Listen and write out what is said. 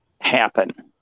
happen